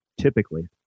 typically